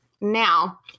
Now